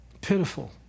pitiful